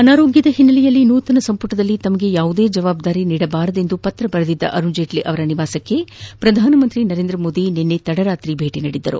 ಅನಾರೋಗ್ಯದ ಹಿನ್ನೆಲೆಯಲ್ಲಿ ನೂತನ ಸಂಪುಟದಲ್ಲಿ ನನಗೆ ಯಾವುದೇ ಜವಾಬ್ದಾರಿ ನೀಡಬೇದಿ ಎಂದು ಪತ್ರ ಬರೆದಿದ್ದ ಅರುಣ್ ಜೇಟ್ಲಿ ಅವರ ನಿವಾಸಕ್ಕೆ ಪ್ರಧಾನಿ ನರೇಂದ್ರ ಮೋದಿ ಅವರು ನಿನ್ನೆ ತದರಾತ್ರಿ ಭೇಟಿ ನೀಡಿದ್ದಾರೆ